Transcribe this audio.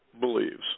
believes